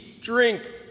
drink